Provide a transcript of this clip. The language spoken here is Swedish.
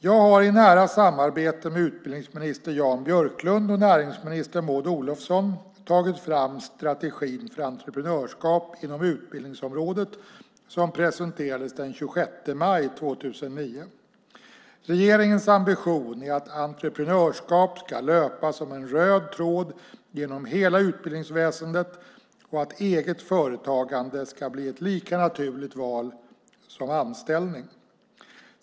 Jag har i nära samarbete med utbildningsminister Jan Björklund och näringsminister Maud Olofsson tagit fram strategin för entreprenörskap inom utbildningsområdet som presenterades den 26 maj 2009. Regeringens ambition är att entreprenörskap ska löpa som en röd tråd genom hela utbildningsväsendet och att eget företagande ska bli ett lika naturligt val som anställning.